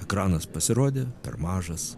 ekranas pasirodė per mažas